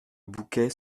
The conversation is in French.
bouquet